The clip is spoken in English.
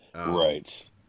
right